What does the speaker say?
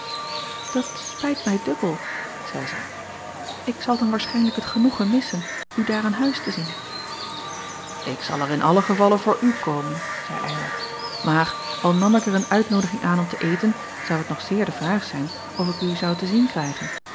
at spijt mij dubbel zeî zij ik zal dan waarschijnlijk het genoegen missen u daar aan huis te zien k zal er in allen gevalle voor u komen zeî ylar maar al nam ik er een uitnoodiging aan om te eten zou het nog zeer de vraag zijn of ik u zou te zien krijgen